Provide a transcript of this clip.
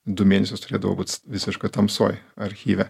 du mėnesius turėdavo būt visiškoj tamsoj archyve